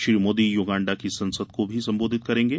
Shri Modi Uganda की संसद को भी संबोधित करेंगे